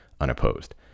unopposed